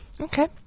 Okay